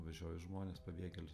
vežioju žmones pabėgėlius